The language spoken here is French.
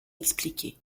expliquer